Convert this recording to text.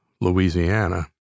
Louisiana